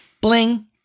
Bling